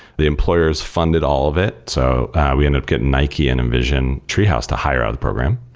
the employers funded all of it. so we ended up getting nike and envision, treehouse to hire out the program.